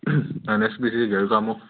N H P C Gerukamukh